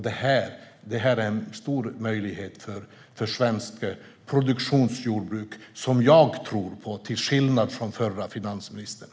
Det är en stor möjlighet för svenskt produktionsjordbruk, som jag tror på, till skillnad från förra finansministern.